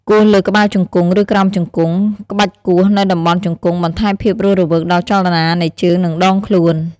គោះលើក្បាលជង្គង់ ឬក្រោមជង្គង់ ក្បាច់គោះនៅតំបន់ជង្គង់ បន្ថែមភាពរស់រវើកដល់ចលនានៃជើង និងដងខ្លួន។